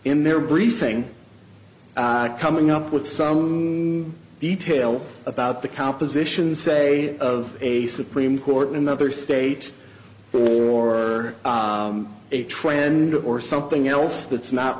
their briefing coming up with some detail about the composition say of a supreme court another state or a trend or something else that's not